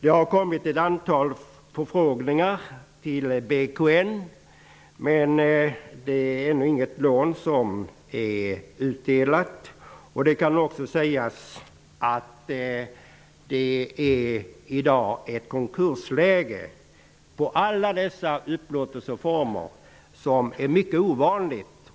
Det har kommit ett antal förfrågningar till BKN, men ännu är alltså inget lån utdelat. Man kan också nämna att den konkurssituation som i dag råder bland alla upplåtelseformer är mycket ovanlig.